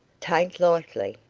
taint likely.